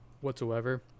whatsoever